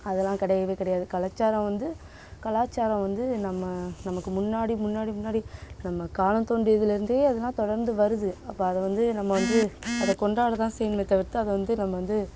அதலாம் கிடையவே கிடையாது கலாச்சாரம் வந்து கலாச்சாரம் வந்து நம்ம நமக்கு முன்னாடி முன்னாடி முன்னாடி நம்ம காலம் தோன்றியதிலருந்தே அதலாம் தொடர்ந்து வருது அப்போ அதை வந்து நம்ம வந்து அதை கொண்டாட தான் செய்யணுமே தவிர்த்து அதை வந்து நம்ம வந்து